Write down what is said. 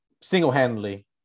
single-handedly